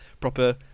proper